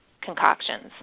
concoctions